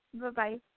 Bye-bye